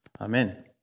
Amen